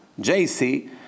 JC